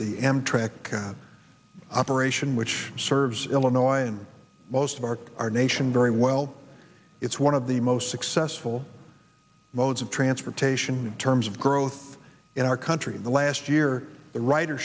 the amtrak operation which serves illinois and most of our our nation very well it's one of the most successful modes of transportation in terms of growth in our country in the last year the writer